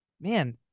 man